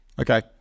okay